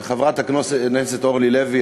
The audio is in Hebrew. על דברי חברת הכנסת אורלי לוי,